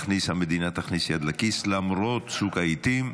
המדינה, תכניס יד לכיס, למרות צוק העיתים,